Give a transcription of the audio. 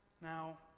Now